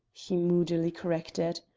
he moodily corrected,